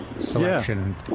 selection